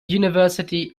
university